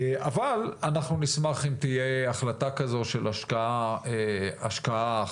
אבל אנחנו נשמח אם תהיה החלטה כזו של השקעה אחראית,